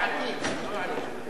הוא לא ענה לו על הרישא.